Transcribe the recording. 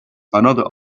another